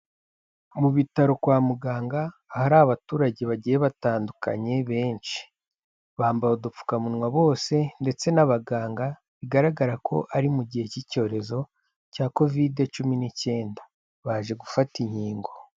Mu bitaro kwa muganga ahari abaturage bagiye batandukanye benshi, bambaye udupfukamunwa bose ndetse n'abaganga, bigaragara ko ari mu gihe cy'icyorezo cya Kovide cumi n'icyenda baje gufata inkingo.